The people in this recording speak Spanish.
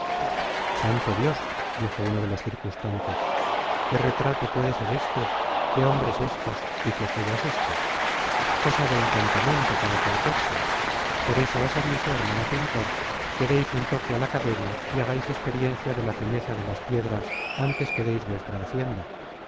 santo dios dijo uno de los circunstantes qué retrato puede ser éste qué hombres éstos y qué joyas éstas cosa de encantamento parece aquesta por eso os aviso hermano pintor que deis un toque á la cadena y hagais content from google book search generated at experiencia de la fineza de las piedras antes que deis vuestra hacienda